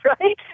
right